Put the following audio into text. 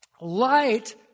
Light